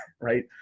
right